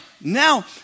Now